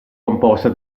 composta